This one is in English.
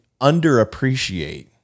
underappreciate